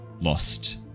lost